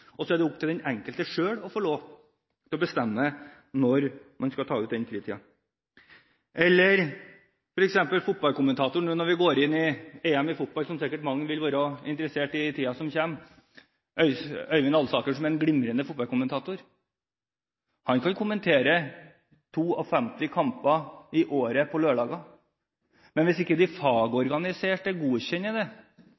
og så er det opp til den enkelte selv å få lov til å bestemme når man skal ta ut den fritiden? Eller ta f.eks. en fotballkommentator, når vi nå går inn i EM i fotball – som sikkert mange vil være interessert i i tiden som kommer. Øyvind Alsaker, som er en glimrende fotballkommentator, kan kommentere 52 kamper i året på lørdager. Men hvis ikke de